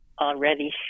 already